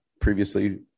previously